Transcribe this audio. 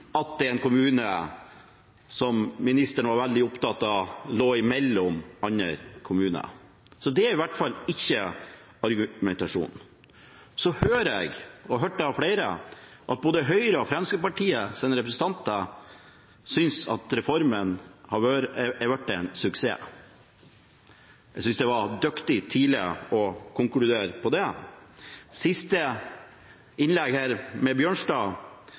det er en kommune – som ministeren var veldig opptatt av – som ligger mellom andre kommuner. Det er i hvert fall ikke argumentasjonen. Så hører jeg – og jeg har hørt det av flere – at både Høyres og Fremskrittspartiets representanter synes at reformen har blitt en suksess. Jeg synes det er dyktig tidlig å konkludere med det. Siste innlegg av representanten Bjørnstad